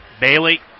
Bailey